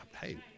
hey